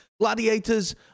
Gladiators